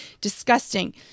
Disgusting